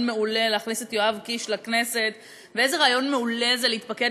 מעולה להכניס את יואב קיש לכנסת ואיזה רעיון מעולה זה להתפקד